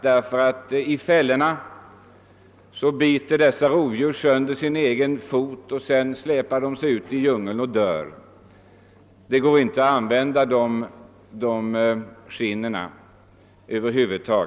När djuren fastnat i en fälla biter de nämligen av den fångna foten och släpar sig ut i djungeln, där de dör. Det skinnet går då inte att använda.